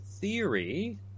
theory